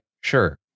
sure